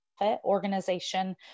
organization